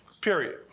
Period